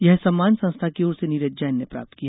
यह सम्मान संस्था की ओर से नीरज जैन ने प्राप्त किया